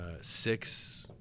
six